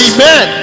Amen